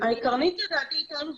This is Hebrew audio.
קרנית לדעתי איתנו,